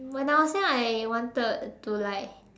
um when I was young I wanted to like